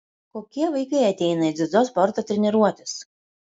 kokie vaikai ateina į dziudo sporto treniruotes